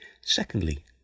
Secondly